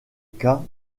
cas